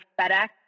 FedEx